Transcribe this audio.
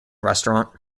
restaurant